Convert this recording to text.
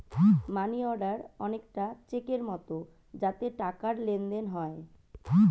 মানি order অনেকটা চেকের মতো যাতে টাকার লেনদেন হয়